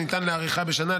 שניתן להאריכה בשנה,